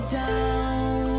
down